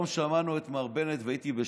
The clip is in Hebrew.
היום שמענו את מר בנט, והייתי בשוק.